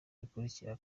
bikurikira